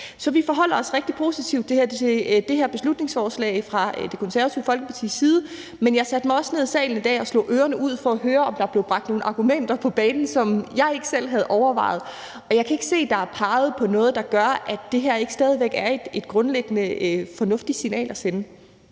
Så vi forholder os rigtig positivt til det her beslutningsforslag fra Det Konservative Folkepartis side. Jeg satte mig også ned i salen i dag og slog ørerne ud for at høre, om der blev bragt nogle argumenter på banen, som jeg ikke selv havde overvejet. Og jeg kan ikke se, at der er blevet peget på noget, der gør, at det her ikke stadig væk er et grundlæggende fornuftigt signal at sende.